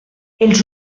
els